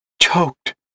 choked